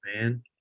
man